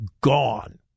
gone